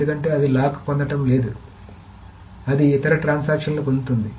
ఎందుకంటే అది లాక్ పొందడం లేదు అది ఇతర ట్రాన్సాక్షన్లు పొందుతోంది